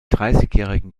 dreißigjährigen